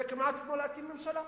זה כמעט כמו להקים ממשלה.